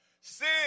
Sin